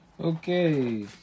Okay